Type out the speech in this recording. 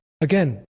again